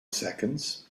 seconds